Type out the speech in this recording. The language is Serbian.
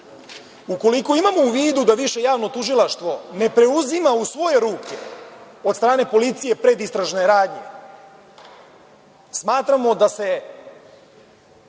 ukoliko imamo u vidu da više javno tužilaštvo ne preuzima u svoje ruke od strane policije predistražne radnje, smatramo da se